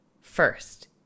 First